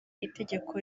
itegeko